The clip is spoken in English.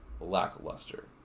lackluster